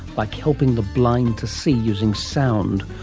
like helping the blind to see using sound,